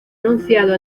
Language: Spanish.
anunciado